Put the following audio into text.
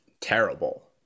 terrible